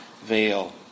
veil